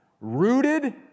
Rooted